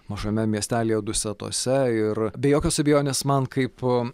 mažame miestelyje dusetose ir be jokios abejonės man kaip